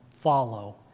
follow